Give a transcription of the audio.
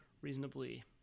reasonably